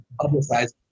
Publicize